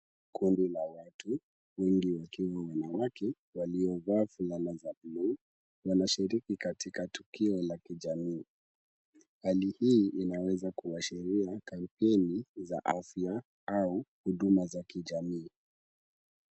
Kundi la watu, wengi wakiwa wanawake waliovaa fulana za blue , wanashiriki katika tukio la kijamii. Hali hii inaweza kuashiria kampeni za afya au huduma za kijamii.